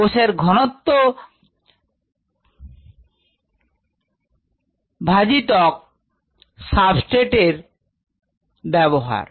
কোষের ঘনত্ব ভাজিতক সাবস্ট্রেট এর ব্যবহার